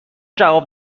جواب